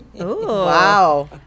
Wow